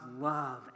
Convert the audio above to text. love